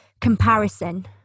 comparison